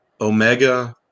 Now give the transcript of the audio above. Omega